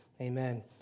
amen